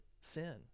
sin